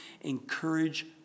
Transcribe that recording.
encourage